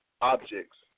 objects